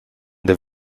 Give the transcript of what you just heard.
the